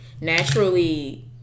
Naturally